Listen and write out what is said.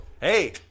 Hey